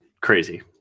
crazy